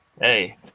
Hey